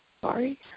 sorry